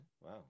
Wow